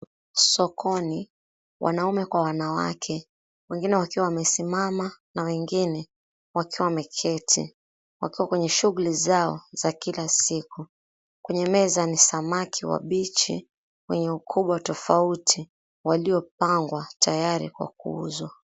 Sokoni, wanaume kwa wanawake, wengine wakiwa wamesimama na wengine wakiwa wameketi, wakiwa kwenye shughuli zao za kila siku. Kwenye meza ni samaki wabichi wenye ukubwa tofauti, waliopangwa tayari kwa kuuzwa.